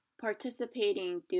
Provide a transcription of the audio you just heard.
participating